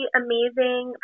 amazing